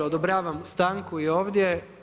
Odobravam stanku i ovdje.